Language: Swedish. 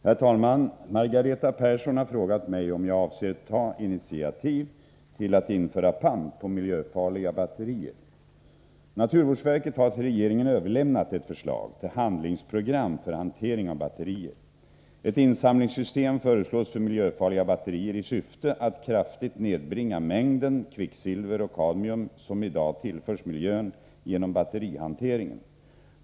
Herr talman! Margareta Persson har frågat mig om jag avser ta initiativ till att införa pant på mijöfarliga batterier. Naturvårdsverket har till regeringen överlämnat ett förslag till handlingsprogram för hantering av batterier. Ett insamlingssystem föreslås för miljöfarliga batterier i syfte att kraftigt nedbringa mängden kvicksilver och kadmium som i dag tillförs miljön genom batterihanteringen.